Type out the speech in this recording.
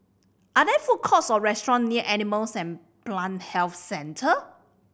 are there food courts or restaurants near Animal and Plant Health Centre